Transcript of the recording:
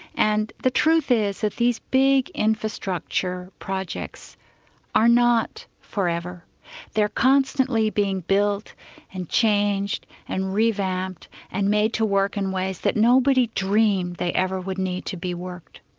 and the truth is, these big infrastructure projects are not forever they're constantly being built and changed and revamped, and made to work in ways that nobody dreamed they ever would need to be worked.